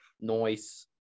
Noise